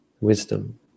wisdom